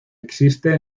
existe